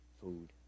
food